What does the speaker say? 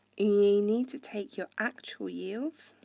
you need to take your actual yields